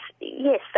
yes